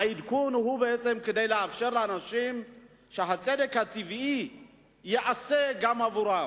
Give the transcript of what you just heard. העדכון הוא בסך הכול כדי לאפשר לאנשים שהצדק הטבעי ייעשה גם עבורם.